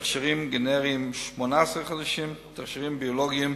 תכשירים גנריים, 18 חודשים, תכשירים ביולוגיים,